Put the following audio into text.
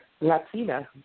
Latina